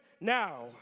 now